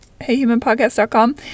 heyhumanpodcast.com